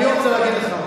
אני רוצה להגיד לך,